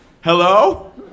Hello